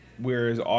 Whereas